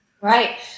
Right